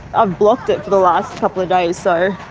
i've blocked it for the last couple of days, so.